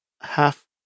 half